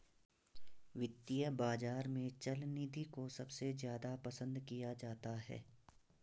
वित्तीय बाजार में चल निधि को सबसे ज्यादा पसन्द किया जाता है